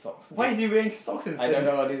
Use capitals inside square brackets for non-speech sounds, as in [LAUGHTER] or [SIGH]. why is he wearing socks and sandals [LAUGHS]